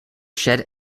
shed